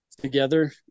together